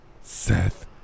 Seth